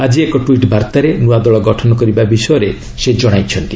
ଆକି ଏକ ଟ୍ୱିଟ୍ ବାର୍ଭାରେ ନୂଆ ଦଳ ଗଠନ କରିବା ବିଷୟରେ ସେ ଜଣାଇଛନ୍ତି